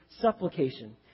supplication